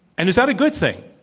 and is that a good thing?